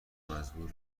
مزبور